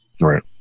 Right